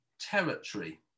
territory